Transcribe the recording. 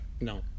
no